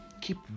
Keep